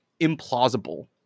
implausible